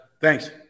Thanks